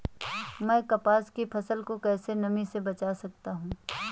मैं कपास की फसल को कैसे नमी से बचा सकता हूँ?